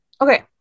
Okay